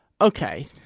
Okay